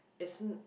as in